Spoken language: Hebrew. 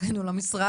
תכינו לה משרד.